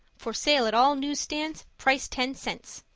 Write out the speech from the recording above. for sale at all news stands, price ten cents.